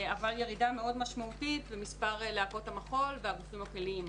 אבל ירידה מאוד משמעותית במספר להקות המחול והגופים הכלליים,